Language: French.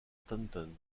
stanton